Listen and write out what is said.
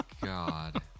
god